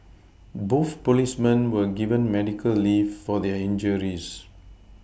both policemen were given medical leave for their injuries